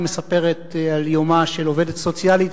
היא מספרת על יומה של עובדת סוציאלית,